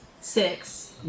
six